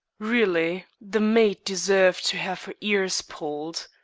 really, the maid deserved to have her ears pulled.